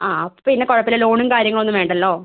ആ അപ്പോൾ പിന്നെ കുഴപ്പമില്ല ലോണും കാര്യങ്ങൾ ഒന്നും വേണ്ടല്ലോ